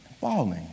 falling